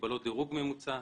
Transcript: מגבלות דירוג ממוצע,